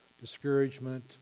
discouragement